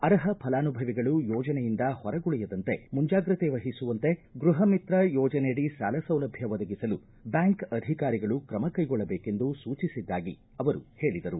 ಅರ್ಹ ಫಲಾನುಭವಿಗಳು ಯೋಜನೆಯಿಂದ ಹೊರಗುಳಿಯದಂತೆ ಮುಂಜಾಗ್ರತೆ ವಹಿಸುವಂತೆ ಗೃಹ ಮಿತ್ರ ಯೋಜನೆ ಅಡಿ ಸಾಲ ಸೌಲಭ್ಯ ಒದಗಿಸಲು ಬ್ಯಾಂಕ್ ಅಧಿಕಾರಿಗಳು ತ್ರಮ ಕೈಗೊಳ್ಳಬೇಕೆಂದು ಸೂಚಿಸಿದ್ದಾಗಿ ಹೇಳಿದರು